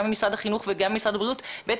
גם ממשרד החינוך וגם ממשרד הבריאות,